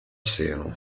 seno